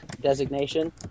designation